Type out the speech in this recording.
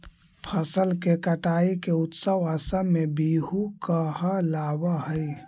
फसल के कटाई के उत्सव असम में बीहू कहलावऽ हइ